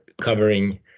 covering